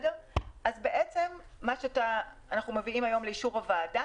מה שאנחנו מביאים היום לאישור הוועדה